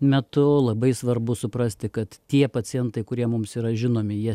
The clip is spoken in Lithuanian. metu labai svarbu suprasti kad tie pacientai kurie mums yra žinomi jie